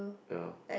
you know